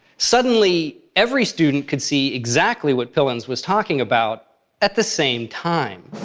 suddenly, every student could see exactly what pillans was talking about at the same time.